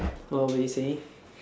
what were you saying